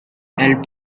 peut